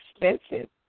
expensive